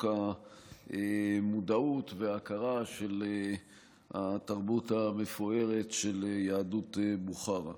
המודעות וההכרה של התרבות המפוארת של יהדות בוכרה.